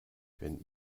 wenn